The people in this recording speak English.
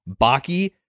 Baki